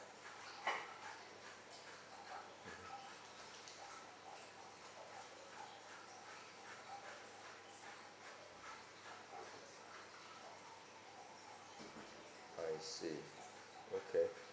mmhmm I see okay